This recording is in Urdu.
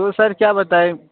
تو سر کیا بتائیں